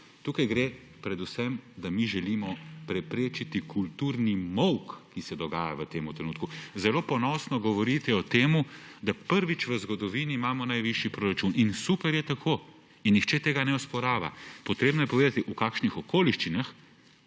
Tukaj gre predvsem za to, da mi želimo preprečiti kulturni molk, ki se dogaja v tem trenutku. Zelo ponosno govorite o tem, da imamo prvič v zgodovini najvišji proračun, in super je tako in nihče tega ne osporava – potrebno je povedati, v kakšnih okoliščinah.